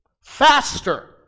faster